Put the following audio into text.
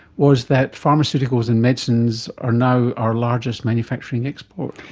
was that pharmaceuticals and medicines are now our largest manufacturing export.